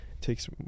takes